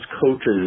coaches